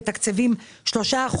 מתקצבים 3%,